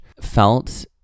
felt